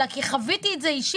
אלא כי חוויתי את זה אישית,